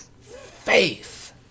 faith